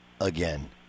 again